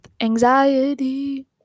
anxiety